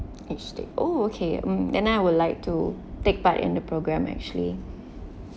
each stay oh okay mm then I would like to take part in the program actually